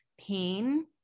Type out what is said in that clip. pain